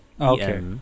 okay